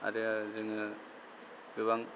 आरो जोङो गोबां